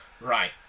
Right